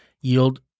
yield